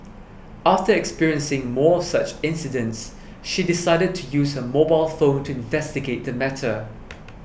after experiencing more of such incidents she decided to use her mobile phone to investigate the matter